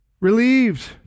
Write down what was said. relieved